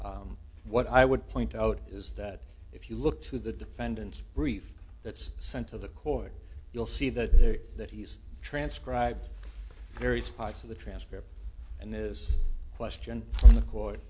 powell what i would point out is that if you look to the defendant's brief that's sent to the court you'll see that there that he's transcribed various parts of the transcript and his question in the court